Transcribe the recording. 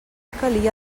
calia